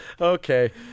Okay